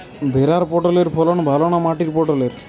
ভেরার পটলের ফলন ভালো না মাটির পটলের?